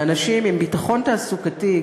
לאנשים עם ביטחון תעסוקתי,